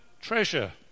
treasure